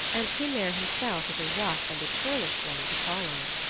and hrymer himself is a rough and a churlish one to call on.